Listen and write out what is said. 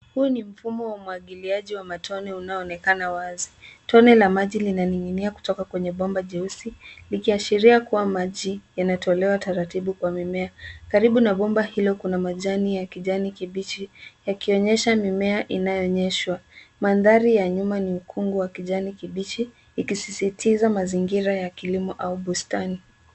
Huu ni mfumo wa umwangiliaji wa matone unaoonekana wazi. Tone la maji linaning'inia kutoka kwenye bomba jeusi likiashiria kuwa maji yanatolewa taratibu kwa mimea. Karibu na bomba hilo kuna majani ya kijani kibichi yakionyesha mimea inayonyeshwa. Mandhari ya nyuma ni ukungu wa kijani kibichi ikisisitiza mazingira ya kilimo au bustani.